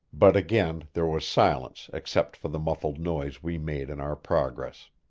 but again there was silence except for the muffled noise we made in our progress.